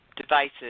devices